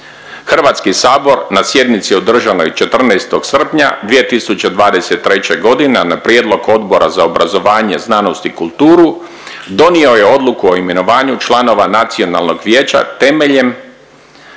HS na sjednici održanoj 14. srpnja 2023. g. na prijedlog Odbora za obrazovanje, znanost i kulturu donio je odluku o imenovanju članova nacionalnog vijeća temeljem